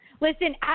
Listen